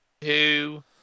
two